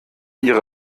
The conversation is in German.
ihre